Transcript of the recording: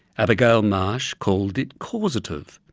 abigail marsh called it causative,